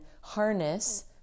harness